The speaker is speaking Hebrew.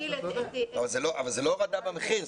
אבל זה לא הורדה במחיר.